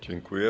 Dziękuję.